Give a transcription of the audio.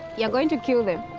you're going to kill them.